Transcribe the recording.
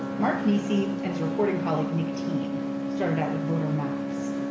mark nixie and his reporting colleague nick team started out with voter maps.